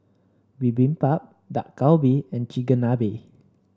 Bibimbap Dak Galbi and Chigenabe